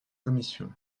commission